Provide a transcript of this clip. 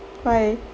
why